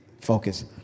Focus